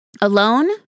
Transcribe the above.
alone